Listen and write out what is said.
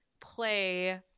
play